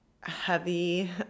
heavy